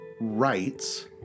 rights